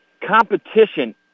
competition